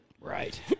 Right